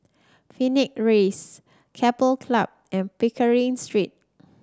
Phoenix Rise Keppel Club and Pickering Street